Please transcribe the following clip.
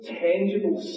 tangible